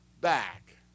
back